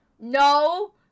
No